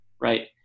Right